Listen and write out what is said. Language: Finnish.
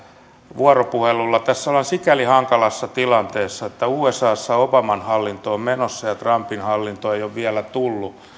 vuoropuhelussa tässä ollaan nyt sikäli hankalassa tilanteessa että usassa obaman hallinto on menossa ja trumpin hallinto ei ole vielä tullut